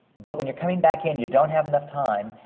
but when you're coming back in, you don't have enough time.